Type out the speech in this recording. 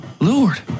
Lord